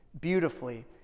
beautifully